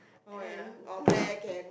and